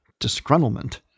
disgruntlement